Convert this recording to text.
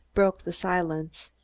broke the silence.